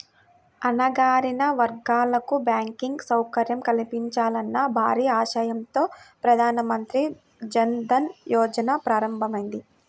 అణగారిన వర్గాలకు బ్యాంకింగ్ సౌకర్యం కల్పించాలన్న భారీ ఆశయంతో ప్రధాన మంత్రి జన్ ధన్ యోజన ప్రారంభమైంది